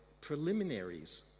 preliminaries